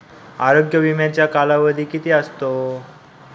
आरोग्य विम्याचा कालावधी किती असतो?